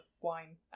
wine